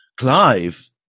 Clive